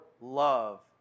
love